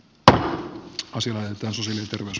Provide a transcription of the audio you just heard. tämä asia näyttäisi siltä myös